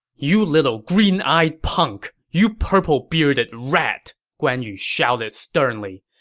you little green-eyed punk! you purple-bearded rat! guan yu shouted sternly.